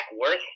worth